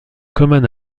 commun